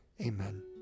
amen